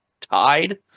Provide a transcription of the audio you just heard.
tied